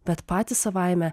bet patys savaime